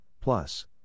plus